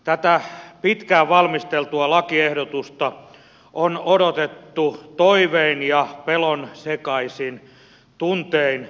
tätä pitkään valmisteltua lakiehdotusta on odotettu toivein ja pelonsekaisin tuntein